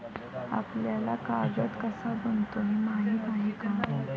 आपल्याला कागद कसा बनतो हे माहीत आहे का?